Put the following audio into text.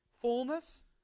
Fullness